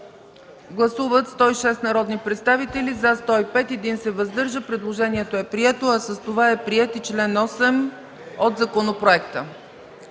Гласували 106 народни представители: за 105, против няма, въздържал се 1. Предложението е прието, а с това е приет и чл. 8 от законопроекта.